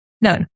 No